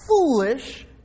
foolish